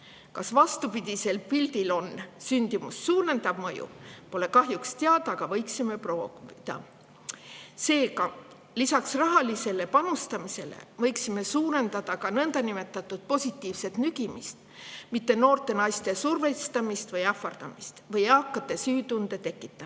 Kas vastupidisel pildil oleks sündimust suurendav mõju, pole kahjuks teada, aga võiksime proovida. Seega, lisaks rahalisele panustamisele võiksime suurendada ka nõndanimetatud positiivset nügimist, mitte noorte naiste survestamist või ähvardamist või eakates süütunde tekitamist.